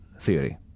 theory